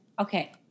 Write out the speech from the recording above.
Okay